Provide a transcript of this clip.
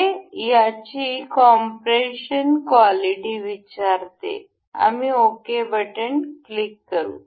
हे याची compression quality विचारते आम्ही ओके बटन क्लिक करू